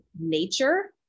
nature